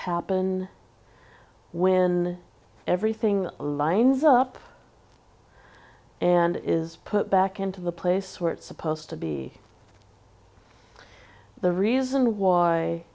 happen when everything lines up and is put back into the place where it's supposed to be the reason why